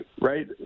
right